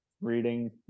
reading